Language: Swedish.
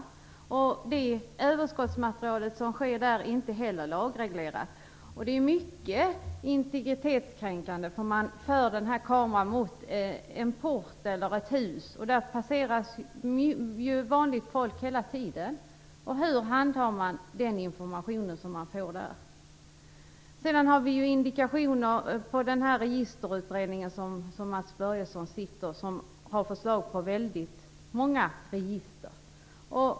Användningen av det överskottsmaterial som uppkommer där är inte heller lagreglerad. Det är mycket integritetskränkande, eftersom man för kameran mot t.ex. en port eller ett hus, där vanligt folk passerar hela tiden. Hur handskas man med den information som man får där? Till detta kommer att Registerutredningen, där Mats Börjesson sitter, har lagt fram förslag om väldigt många register.